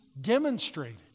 demonstrated